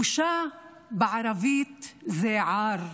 בושה בערבית זה "עאר".